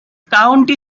county